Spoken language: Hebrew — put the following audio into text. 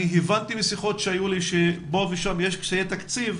אני הבנתי משיחות שהיו לי, שפה ושם יש קשיי תקציב.